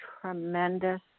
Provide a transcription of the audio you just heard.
tremendous